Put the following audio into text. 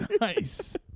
Nice